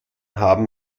haben